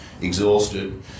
exhausted